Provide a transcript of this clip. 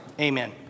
amen